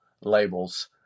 labels